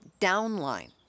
downline